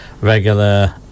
regular